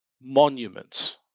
monuments